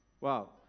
Wow